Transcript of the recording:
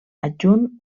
adjunt